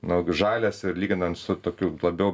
nu žalias ir lyginant su tokiu labiau